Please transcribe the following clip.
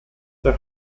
der